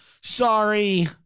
sorry